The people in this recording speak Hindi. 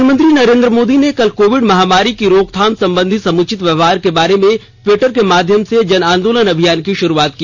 प्रधानमंत्री नरेन्द्र मोदी ने कल कोविड महामारी की रोकथाम संबंधी समुचित व्यवहार के बारे में ट्वीटर के माध्यम से जन आंदोलन अभियान की भारूआत की